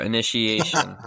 Initiation